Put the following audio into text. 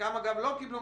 חלקם לא,